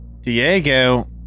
Diego